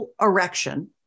erection